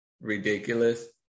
ridiculous